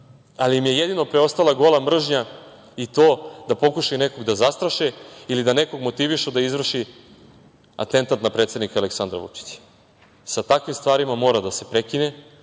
im je preostala gola mržnja i to da pokušaju nekog da zastraše ili da nekog motivišu da izvrši atentat na predsednika Aleksandra Vučića. Sa takvim stvarima mora da se prekine,